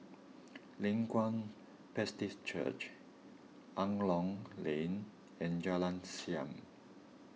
Leng Kwang Baptist Church Angklong Lane and Jalan Siap